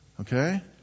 Okay